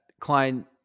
Klein